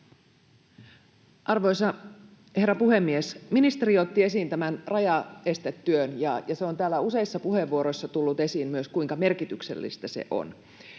Arvoisa herra puhemies! Ministeri otti esiin tämän rajaestetyön, ja täällä useissa puheenvuoroissa on tullut esiin myös se, kuinka merkityksellistä se on.